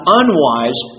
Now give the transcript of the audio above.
unwise